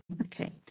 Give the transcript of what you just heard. Okay